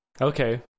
Okay